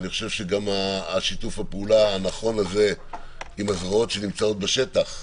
אני חושב שגם השיתוף פעולה הנכון הזה עם הזרועות בשטח,